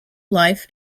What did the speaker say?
life